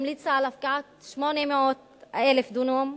היא המליצה על הפקעת 800,000 דונם,